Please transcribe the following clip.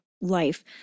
life